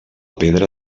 pedra